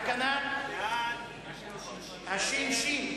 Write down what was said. תקנת הש"ש.